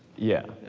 yeah.